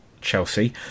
Chelsea